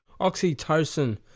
Oxytocin